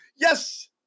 yes